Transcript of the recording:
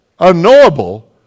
unknowable